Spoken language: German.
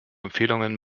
empfehlungen